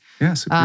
Yes